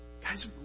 Guys